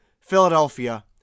Philadelphia